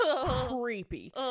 creepy